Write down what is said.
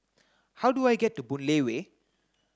how do I get to Boon Lay Way